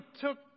took